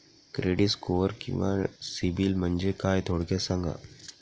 Credit score किंवा CIBIL म्हणजे काय? थोडक्यात सांगा